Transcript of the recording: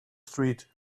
street